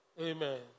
Amen